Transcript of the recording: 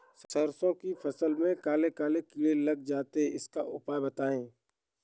सरसो की फसल में काले काले कीड़े लग जाते इसका उपाय बताएं?